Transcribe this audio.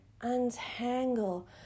untangle